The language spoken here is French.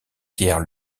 pierre